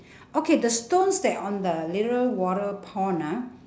okay the stones that on the little water pond ah